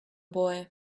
boy